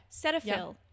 Cetaphil